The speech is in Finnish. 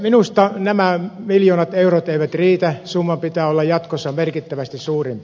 minusta nämä miljoonat eurot eivät riitä summan pitää olla jatkossa merkittävästi suurempi